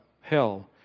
hell